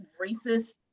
racist